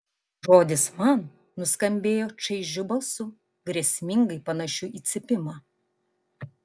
žodis man nuskambėjo čaižiu balsu grėsmingai panašiu į cypimą